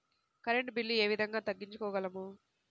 Current bill ఏ విధంగా తగ్గించుకోగలము?